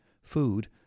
food